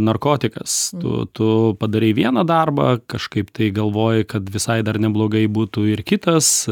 narkotikas tu tu padarei vieną darbą kažkaip tai galvoji kad visai dar neblogai būtų ir kitas